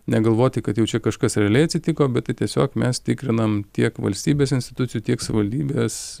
negalvoti kad jau čia kažkas realiai atsitiko bet tai tiesiog mes tikrinam tiek valstybės institucijų tiek savivaldybės